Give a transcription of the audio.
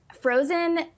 frozen